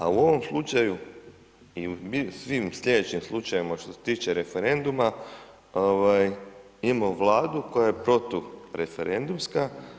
A u ovom slučaju i u svim sljedećim slučajevima što se tiče referenduma, imamo vladu, koja je protureferendumska.